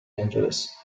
angeles